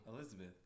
Elizabeth